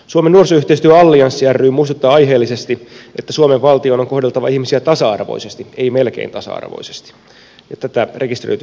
suomen nuorisoyhteistyö allianssi ry muistuttaa aiheellisesti että suomen valtion on kohdeltava ihmisiä tasa arvoisesti ei melkein tasa arvoisesti ja tätä rekisteröity parisuhde edustaa